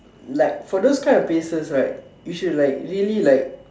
like for those kind of places right you should like really like